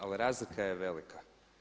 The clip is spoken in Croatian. Ali razlika je velika.